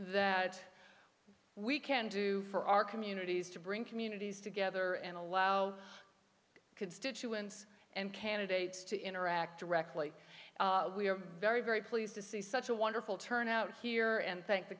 that we can do for our communities to bring communities together and allow constituents and candidates to interact directly we are very very pleased to see such a wonderful turnout here and thank the